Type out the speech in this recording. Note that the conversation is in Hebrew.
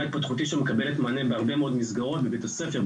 התפתחותית שמקבלת מענה בהרבה מאוד מסגרות בבית הספר,